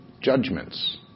judgments